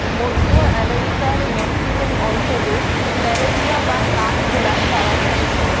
মধ্য আমেরিকার মেক্সিকান অঞ্চলে প্ল্যামেরিয়া বা কাঠ গোলাপ পাওয়া যায়